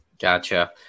Gotcha